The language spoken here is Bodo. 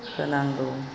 होनांगौ